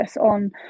on